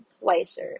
wiser